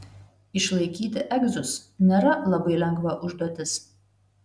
išlaikyti egzus nėra labai lengva užduotis